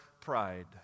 pride